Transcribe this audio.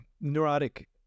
neurotic